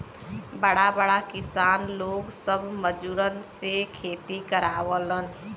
बड़ा बड़ा किसान लोग सब मजूरन से खेती करावलन